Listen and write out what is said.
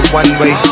one-way